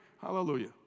Hallelujah